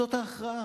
זאת ההכרעה.